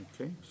Okay